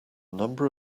number